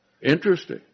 Interesting